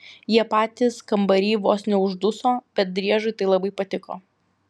jie patys kambary vos neužduso bet driežui tai labai patiko